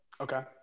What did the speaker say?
Okay